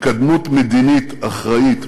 התקדמות מדינית אחראית,